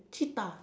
cheetah